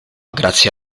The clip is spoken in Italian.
grazie